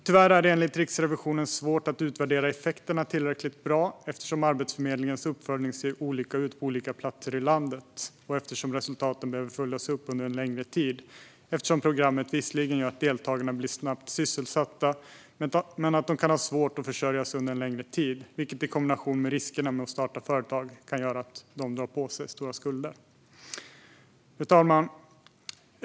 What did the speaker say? Tyvärr är det, enligt Riksrevisionen, svårt att utvärdera effekterna tillräckligt bra, eftersom Arbetsförmedlingens uppföljning ser olika ut på olika platser i landet. Resultaten behöver också följas upp under en längre tid - programmet gör visserligen att deltagarna snabbt blir sysselsatta, men de kan ha svårt att försörja sig under en längre tid. Detta kan, i kombination med riskerna med att starta företag, göra att de drar på sig stora skulder. Fru talman!